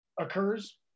occurs